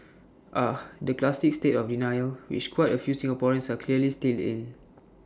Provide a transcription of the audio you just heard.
ah the classic state of denial which quite A few Singaporeans are clearly still in